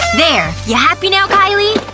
there, you happy now, kylie?